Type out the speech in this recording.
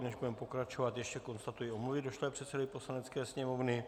Než budeme pokračovat, ještě konstatuji omluvy došlé předsedovi Poslanecké sněmovny.